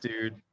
dude